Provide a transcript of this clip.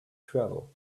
travel